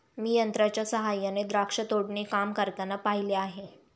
मी यंत्रांच्या सहाय्याने द्राक्ष तोडणी काम करताना पाहिले आहे